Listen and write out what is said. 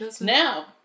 Now